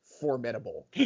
formidable